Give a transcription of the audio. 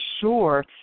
sure